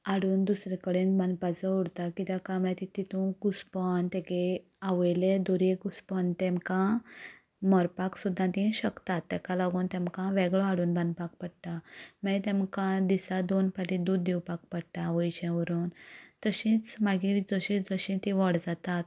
हाडून दुसरे कडेन बांदपाचो उरता किद्या काय म्हळ्या ती तितू घुस्पोन तेगे आवयले दुरीग उसपोन तेमका मरपाक सुदा ती शकता तेका लागोन तेमकां वेगळो हाडून बांदपाक पडटा मागीर तेमकां दिसा दोन पाटी दूद दिवपाक पडटा आवयचें व्हरून तशीच मागीर जशी जशी ती व्हड जातात